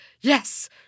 Yes